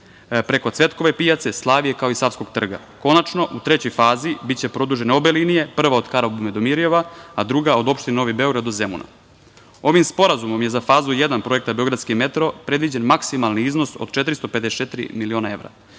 preko Cvetkove pijace, Slavije, kao i Savskog trga. Konačno, u trećoj fazi biće produžene obe linije, prva od Karaburme do Mirijeva, a druga od opštine Novi Beograd do Zemuna. Ovim sporazumom je za fazu jedan projekta beogradski metro predviđen maksimalni iznos od 454 miliona evra